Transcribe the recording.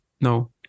no